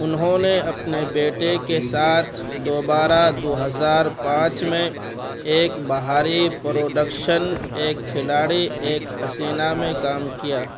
انہوں نے اپنے بیٹے کے ساتھ دوبارہ دو ہزار پانچ میں ایک باہری پروڈکشن ایک کھلاڑی ایک حسینہ میں کام کیا